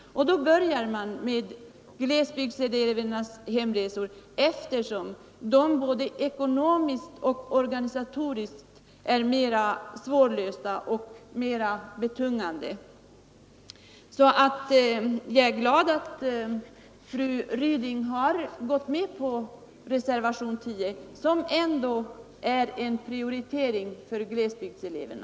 Då börjar man med glesbygdselevernas hemresor, eftersom dessa elevers problem både organisatoriskt och ekonomiskt är mera svårlösta och mera betungande. Därför är jag glad att fru Ryding gått med på reservationen 10 som ändå innebär en prioritering för glesbygdseleverna.